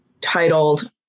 Titled